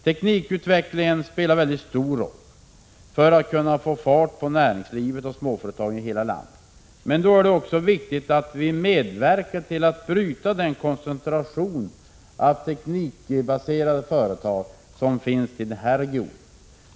Teknikutvecklingen spelar en mycket stor roll för att man skall kunna få fart på näringslivet och småföretagen i hela landet. Men då är det också viktigt att vi medverkar till att bryta den koncentration av teknikbaserade företag som finns i den här regionen.